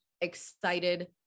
excited